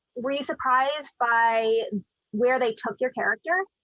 were you surprised by where they took your character?